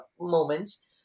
moments